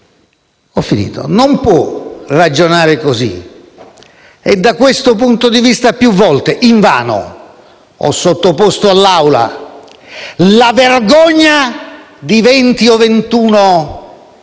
nazionale non può ragionare così. Da questo punto di vista più volte, invano, ho sottoposto all'Aula la vergogna di 20 o 21